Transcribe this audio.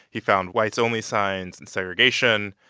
he found whites-only signs and segregation.